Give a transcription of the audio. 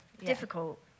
difficult